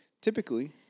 Typically